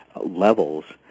levels